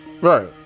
right